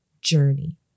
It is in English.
journey